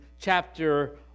chapter